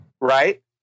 right